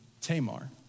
Tamar